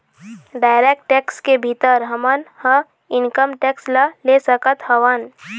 direct tax के भीतर हमन ह इनकम टेक्स ल ले सकत हवँन